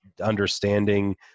understanding